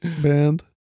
Band